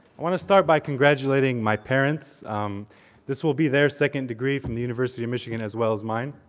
want to start by congratulating my parents this will be their second degree from the university of michigan as well as mine,